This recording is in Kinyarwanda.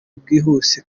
bwihuse